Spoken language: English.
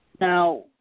Now